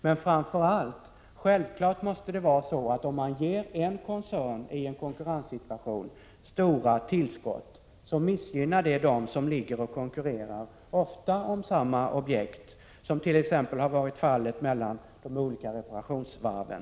Men framför allt är det självklart, att om en koncern i en konkurrenssituation får stora ekonomiska tillskott, så missgynnas de andra koncerner som konkurrerar om samma objekt — som t.ex. har varit fallet mellan de olika reparationsvarven.